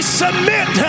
submit